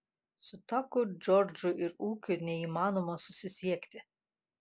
su taku džordžu ir ūkiu neįmanoma susisiekti